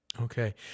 okay